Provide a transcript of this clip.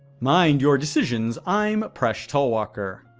mind your decisions, i'm presh talwalkar.